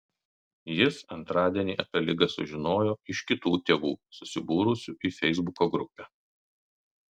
jis antradienį apie ligą sužinojo iš kitų tėvų susibūrusių į feisbuko grupę